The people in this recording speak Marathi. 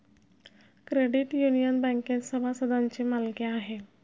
क्रेडिट युनियन बँकेत सभासदांची मालकी आहे